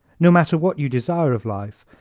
no matter what you desire of life,